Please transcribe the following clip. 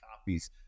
copies